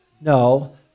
No